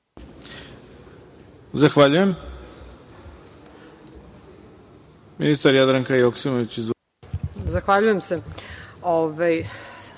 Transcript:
Zahvaljujem